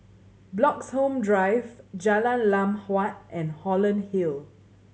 Bloxhome Drive Jalan Lam Huat and Holland Hill